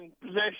possession